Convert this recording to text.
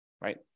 Right